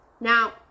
Now